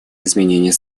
изменений